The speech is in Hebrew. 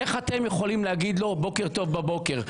איך אתם יכולים להגיד לו בוקר טוב בבוקר?